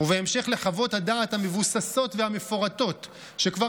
ובהמשך לחוות הדעת המבוססות והמפורטות שכבר